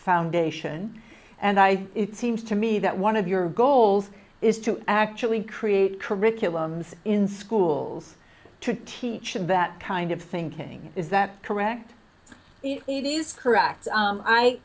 foundation and i it seems to me that one of your goals is to actually create curriculums in schools to teach that kind of thinking is that correct it is correct